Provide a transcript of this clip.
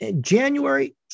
january